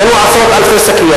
קנו עשרות אלפי שקיות.